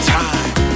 time